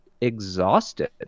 exhausted